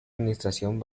administración